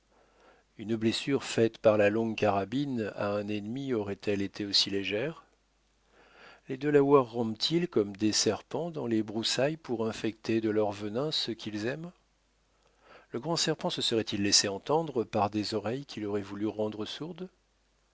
une blessure faite par la longue carabine à un ennemi aurait-elle été aussi légère les delawares rampent ils comme des serpents dans les broussailles pour infecter de leur venin ceux qu'ils aiment le grand serpent se serait-il laissé entendre par des oreilles qu'il aurait voulu rendre sourdes